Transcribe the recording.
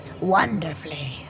wonderfully